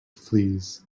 fleas